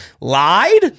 lied